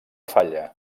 falla